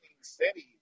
cities